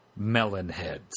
Melonheads